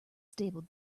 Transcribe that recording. stable